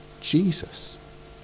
Jesus